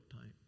time